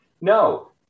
No